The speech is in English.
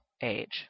age